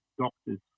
doctor's